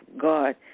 God